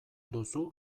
duzu